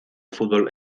fútbol